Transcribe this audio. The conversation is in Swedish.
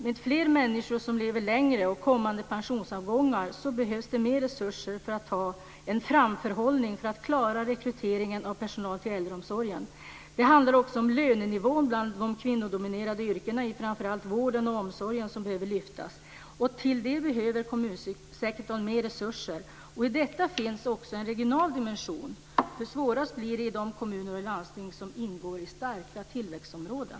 Med fler människor som lever längre och kommande pensionsavgångar behövs det mer resurser för att ha en framförhållning för att klara rekryteringen av personal till äldreomsorgen. Det handlar också om att lönenivån bland de kvinnodominerade yrkena i framför allt vården och omsorgen behöver lyftas. Till det behöver kommunsektorn mer resurser. I detta finns också en regional dimension. Svårast blir det i de kommuner och landsting som ingår i starka tillväxtområden.